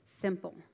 Simple